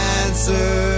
answer